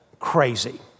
crazy